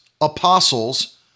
apostles